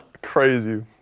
Crazy